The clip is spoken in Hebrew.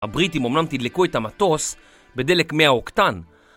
הבריטים אמנם תדלקו את המטוס בדלק מאה אוקטן.